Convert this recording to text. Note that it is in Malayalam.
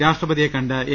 രാഷ്ട്രപതിയെ കണ്ട എൻ